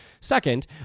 Second